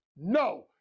no